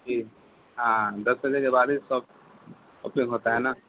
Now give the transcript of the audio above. جی ہاں دس بجے کے بعد ہی شاپ اوپن ہوتا ہے نا